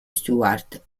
stuart